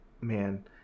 Man